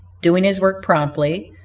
doing his work promptly,